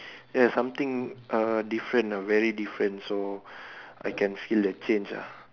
ya something uh different lah very different so I can feel the change lah